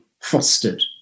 fostered